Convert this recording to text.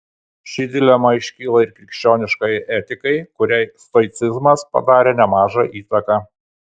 ši dilema iškyla ir krikščioniškajai etikai kuriai stoicizmas padarė nemažą įtaką